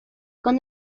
con